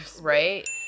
right